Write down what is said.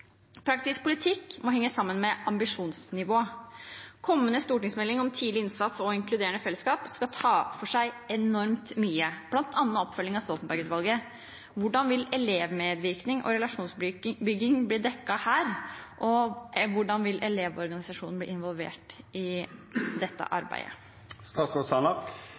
Praktisk politikk må henge sammen med ambisjonsnivå. Kommende stortingsmelding om tidlig innsats og inkluderende fellesskap skal ta for seg enormt mye, bl.a. oppfølging av Stoltenberg-utvalget. Hvordan vil elevmedvirkning og relasjonsbygging bli dekket her? Og hvordan vil Elevorganisasjonen bli involvert i dette arbeidet?